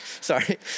Sorry